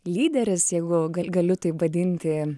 lyderis jeigu galiu taip vadinti